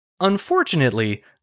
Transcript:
Unfortunately